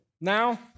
Now